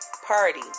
Party